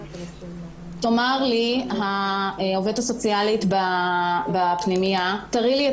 תאמר לי העובדת הסוציאלית בפנימייה: תראי לי את